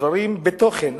הדברים בתוכן,